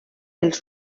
els